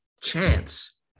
chance